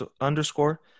underscore